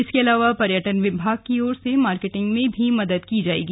इसके अलावा पर्यटन विभाग की ओर से मार्केटिंग में भी मदद की जाएगी